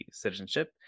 citizenship